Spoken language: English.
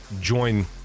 join